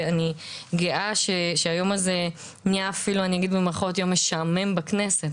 ואני גאה שהיום הזה נהיה אפילו אני אגיד יום "משעמם" בכנסת.